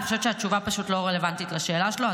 אני חושבת שהתשובה פשוט לא רלוונטית לשאלה שלו,